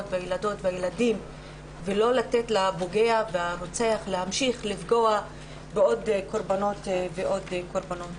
והילדות והילדים ולא לתת לפוגע והרוצח להמשיך לפגוע בעוד ועוד קורבנות.